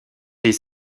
des